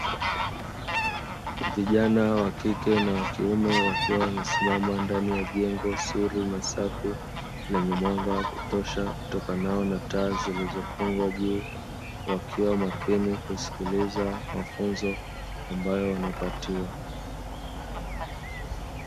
Vijana wa kike na wa kiume wakiwa wamesimama ndani ya jengo zuri na safi lenye mwanga wa kutosha utokanao na taa zilizofungwa juu, wakiwa makini kusikiliza mafunzo ambayo wanapatiwa.